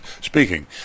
speaking